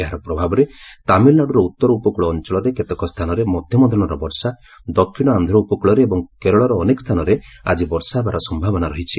ଏହାର ପ୍ରଭାବରେ ତାମିଲନାଡୁର ଉତ୍ତର ଉପକୂଳ ଅଞ୍ଚଳର କେତେକ ସ୍ଥାନରେ ମଧ୍ୟମଧରଣର ବର୍ଷା ଦକ୍ଷିଣ ଆନ୍ଧ୍ର ଉପକୂଳରେ ଏବଂ କେରଳର ଅନେକ ସ୍ଥାନରେ ଆଜି ବର୍ଷା ହେବାର ସମ୍ଭାବନା ଅଛି